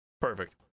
Perfect